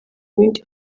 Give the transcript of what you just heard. bindi